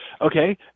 okay